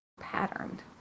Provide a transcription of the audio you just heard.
Patterned